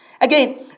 Again